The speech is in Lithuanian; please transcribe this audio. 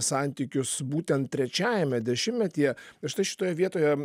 santykius būtent trečiajame dešimtmetyje ir štai šitoje vietoje